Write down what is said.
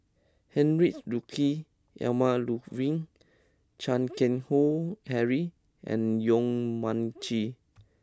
Heinrich Ludwig Emil Luering Chan Keng Howe Harry and Yong Mun Chee